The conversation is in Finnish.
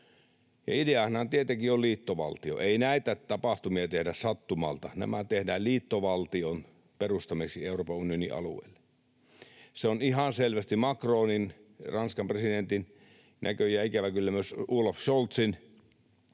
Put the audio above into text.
oli liittovaltio, ei näitä tapahtumia tehdä sattumalta, nämä tehdään liittovaltion perustamiseksi Euroopan unionin alueelle. Se on ihan selvästi Macronin, Ranskan presidentin, näköjään ikävä kyllä myös Olaf Scholzin, Saksan